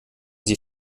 sie